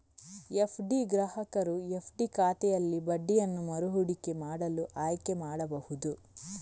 FD ಗ್ರಾಹಕರು FD ಖಾತೆಯಲ್ಲಿ ಬಡ್ಡಿಯನ್ನು ಮರು ಹೂಡಿಕೆ ಮಾಡಲು ಆಯ್ಕೆ ಮಾಡಬಹುದು